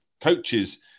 coaches